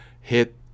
hit